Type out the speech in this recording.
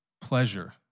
pleasure